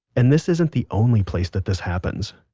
and this isn't the only place that this happens.